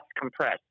compressed